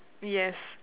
yes